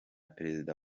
perezida